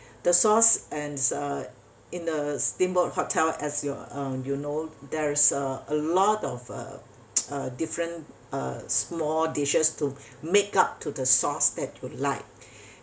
the sauce and uh in a steamboat hotel as you uh you know there's a lot of uh uh different uh small dishes to make up to the sauce that we like